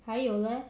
还有 leh